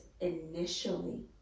initially